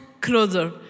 closer